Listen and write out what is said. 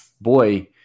boy